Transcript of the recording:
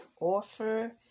offer